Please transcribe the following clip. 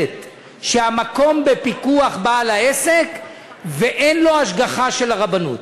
שהמקום בפיקוח בעל העסק ואין לו השגחה של הרבנות.